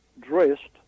dressed